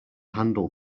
handle